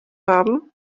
haben